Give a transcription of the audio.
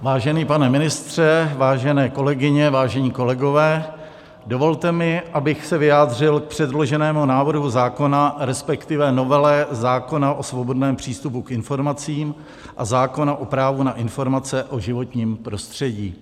Vážený pane ministře, vážené kolegyně, vážení kolegové, dovolte mi, abych se vyjádřil k předloženému návrhu zákona, resp. novele zákona o svobodném přístupu k informacím a zákona o právu na informace o životním prostředí.